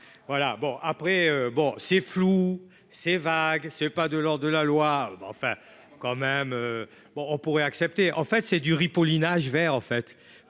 bon, c'est flou, c'est vague, c'est pas de l'de la loi, enfin quand même, bon on pourrait accepter, en fait, c'est du ripolinage vers